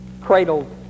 cradled